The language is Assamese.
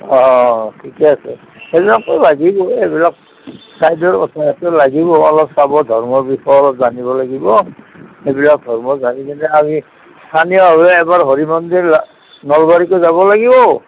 অঁ ঠিকে আছে সেইবিলাকটো লাগিবই সেইবিলাক লাগিব অলপ চাব ধৰ্মৰ বিষয়ে অলপ জানিব লাগিব সেইবিলাক ধৰ্ম জানি কিনে আমি স্থানীয়ভাৱে এবাৰ হৰি মন্দিৰ নলবাৰীতো যাব লাগিব